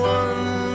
one